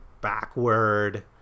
backward